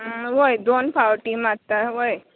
वय दोन फावटी मात्ता वय